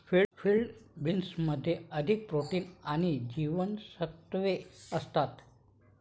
field बीन्समध्ये अधिक protein आणि जीवनसत्त्वे असतात